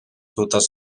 dutes